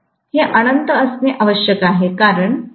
हे अनंत असणे आवश्यक आहे कारण Im 0 असणे आवश्यक आहे